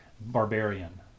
barbarian